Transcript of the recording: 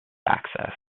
access